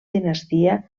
dinastia